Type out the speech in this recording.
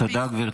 תודה, גברתי.